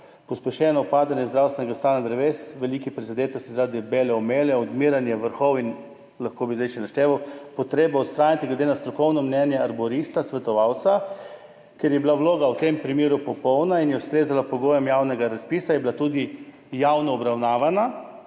pospešenega upadanja zdravstvenega stanja dreves v veliki prizadetosti zaradi bele omele, odmiranje vrhov in lahko bi zdaj še našteval, treba jih je odstraniti glede na strokovno mnenje svetovalca arborista. Ker je bila vloga v tem primeru popolna in je ustrezala pogojem javnega razpisa, je bila tudi javno obravnavana